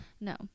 No